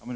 Herr